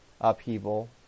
upheaval